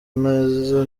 neza